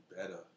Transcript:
better